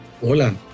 Hola